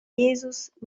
jesus